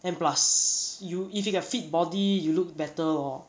and plus you if you got fit body you look better lor